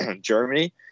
Germany